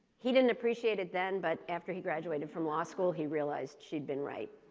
he didn't appreciate it then. but after he graduated from law school, he realized she'd been right.